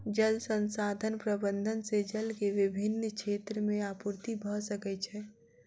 जल संसाधन प्रबंधन से जल के विभिन क्षेत्र में आपूर्ति भअ सकै छै